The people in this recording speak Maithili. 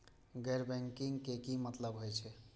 गैर बैंकिंग के की मतलब हे छे?